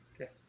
okay